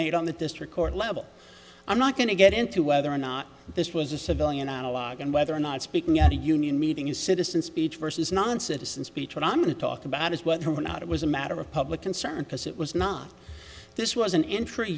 made on the district court level i'm not going to get into whether or not this was a civilian analog and whether or not speaking at a union meeting is citizen speech versus noncitizen speech what i'm going to talk about is whether or not it was a matter of public concern because it was not this was